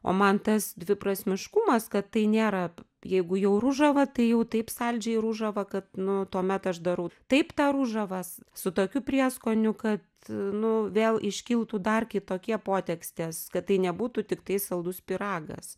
o man tas dviprasmiškumas kad tai nėra jeigu jau ružava tai jau taip saldžiai ružava kad nu tuomet aš darau taip tą ružavas su tokiu prieskonių kad nu vėl iškiltų dar kitokie potekstės kad tai nebūtų tiktai saldus pyragas